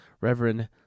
Reverend